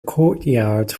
courtyard